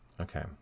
Okay